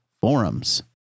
forums